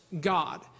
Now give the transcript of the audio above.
God